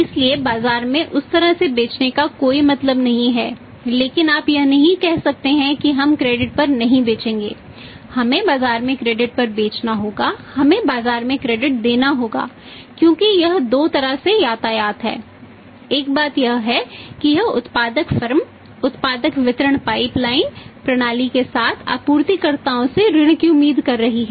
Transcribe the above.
इसलिए बाजार में उस तरह से बेचने का कोई मतलब नहीं है लेकिन आप यह नहीं कह सकते कि हम क्रेडिट प्राप्त कर रहे हैं